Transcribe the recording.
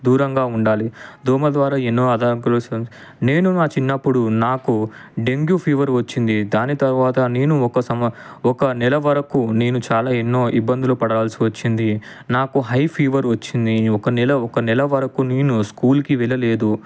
దూరంగా ఉండాలి దోమల ద్వారా ఎన్నో అడ్డంకులు వ నేను నా చిన్నప్పుడు నాకు డెంగ్యూ ఫీవర్ వచ్చింది దాని తర్వాత నేను ఒక సంవ ఒక నెల వరకు నేను చాలా ఎన్నో ఇబ్బందులు పడవలసి వచ్చింది నాకు హై ఫీవరు వచ్చింది ఒక నెల ఒక నెల వరకు నేను స్కూల్కి వెళ్ళలేదు